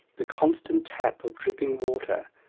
the constant tap of dripping water,